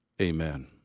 Amen